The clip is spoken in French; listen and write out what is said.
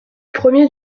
premier